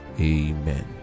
Amen